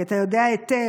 כי אתה יודע היטב